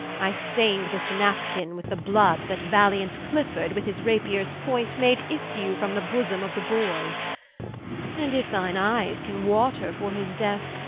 i stayn'd this napkin with the blood that valiant clifford, with his rapiers point, made issue from the bosome of the boy and if thine eyes can water for his death,